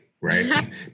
right